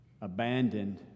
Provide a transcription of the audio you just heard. abandoned